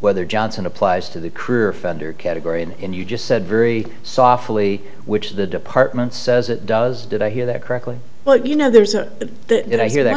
whether johnson applies to the career offender category and you just said very softly which the department says it does did i hear that correctly but you know there's a guy here that